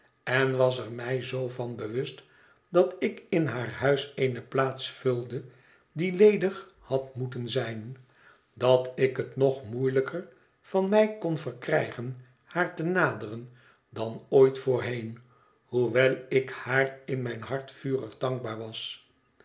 en was er mij zoo van bewust dat ik in haarhuis eene plaats vulde die ledig had moeten zijn dat ik het nog moeielijker van mij kon verkrijgen haar te naderen dan ooit voorheen hoewel ik haar in mijn hart vurig dankbaar was